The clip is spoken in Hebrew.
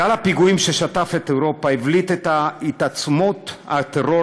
גל הפיגועים ששטף את אירופה הבליט את התעצמות הטרור